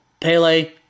Pele